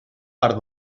part